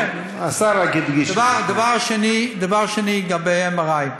השר רק הדגיש, דבר שני, לגבי ה-MRI,